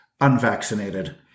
unvaccinated